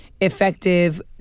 effective